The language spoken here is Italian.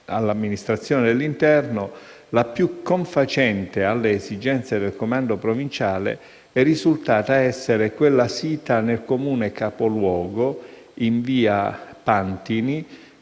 all'Amministrazione dell'interno, la più confacente alle esigenze del comando provinciale è risultata essere quella sita nel Comune capoluogo in via Pantini,